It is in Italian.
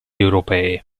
europee